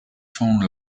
phone